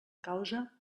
causa